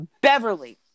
Beverly